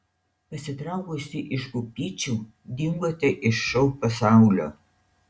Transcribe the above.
pasitraukusi iš pupyčių dingote iš šou pasaulio